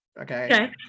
Okay